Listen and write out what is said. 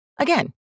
Again